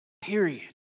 period